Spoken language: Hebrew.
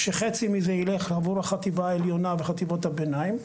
שחצי מזה ילך עבור החטיבה העליונה וחטיבות הביניים,